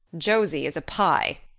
josie is a pye,